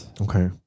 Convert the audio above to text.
Okay